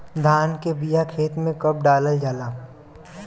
धान के बिया खेत में कब डालल जाला?